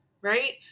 right